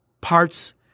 parts